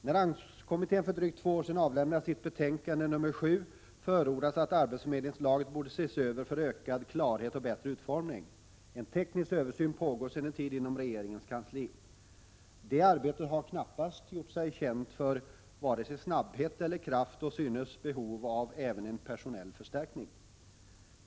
När AMS-kommittén för drygt två år sedan avlämnade sitt betänkande förordades att arbetsförmedlingslagen borde ses över för att man skulle vinna ökad klarhet och bättre utformning i fråga om förmedlingen. En teknisk översyn pågår sedan en tid inom regeringens kansli. Det arbetet har knappast gjort sig känt för vare sig snabbhet eller kraft, och det synes föreligga behov av även en personell förstärkning.